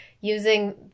Using